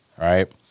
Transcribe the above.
right